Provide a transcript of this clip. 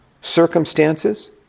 circumstances